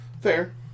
Fair